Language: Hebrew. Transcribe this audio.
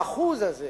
האחוז הזה